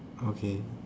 okay